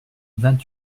vingt